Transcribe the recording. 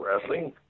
wrestling